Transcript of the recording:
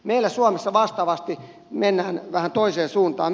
meillä suomessa vastaavasti mennään vähän toiseen suuntaan